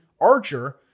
Archer